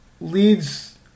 leads